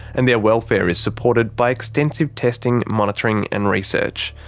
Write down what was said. and their welfare is supported by extensive testing, monitoring and research.